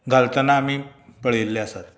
घालतना आमी पळयल्लें आसा